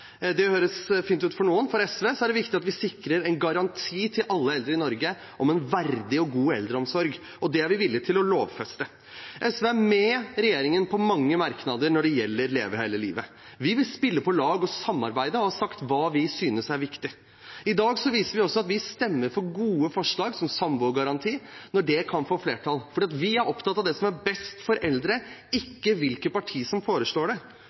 Det høres fint ut for noen. For SV er det viktig at vi sikrer en garanti til alle eldre i Norge om en verdig og god eldreomsorg, og det er vi villig til å lovfeste. SV er med regjeringen på mange merknader når det gjelder Leve hele livet. Vi vil spille på lag og samarbeide og har sagt hva vi synes er viktig. I dag viser vi også at vi stemmer for gode forslag, som samboergaranti, når det kan få flertall, fordi vi er opptatt av det som er best for eldre, ikke hvilket parti som foreslår det.